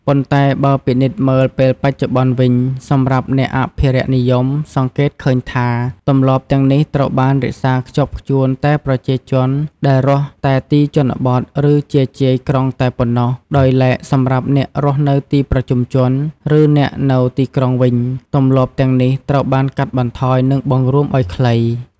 ប៉ុន្តែបើពិនិត្យមើលពេលបច្ចុប្បន្នវិញ សម្រាប់អ្នកអភិរក្សនិយមសង្កេតឃើញថា ទម្លាប់ទាំងនេះត្រូវបានរក្សាខ្ជាប់ខ្ជួនតែប្រជាជនដែលរស់តែទីជនបទ ឬជាយៗក្រុងតែប៉ុណ្ណោះ ដោយឡែកសម្រាប់អ្នករស់នៅទីប្រជុំជន ឬអ្នកនៅទីក្រុងវិញ ទម្លាប់ទាំងនេះត្រូវបានកាត់បន្ថយនិងបង្រួមឲ្យខ្លី។